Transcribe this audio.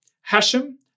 Hashem